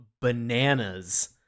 bananas